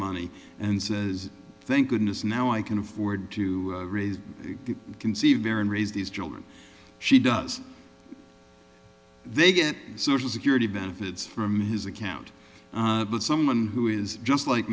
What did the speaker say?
money and says thank goodness now i can afford to raise you can see vera raise these children she does they get social security benefits from his account but someone who is just like